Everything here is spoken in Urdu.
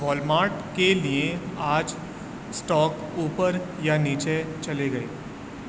والمارٹ کے لیے آج اسٹاک اوپر یا نیچے چلے گئے